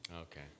Okay